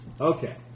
Okay